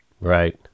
Right